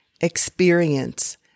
experience